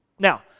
Now